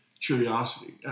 curiosity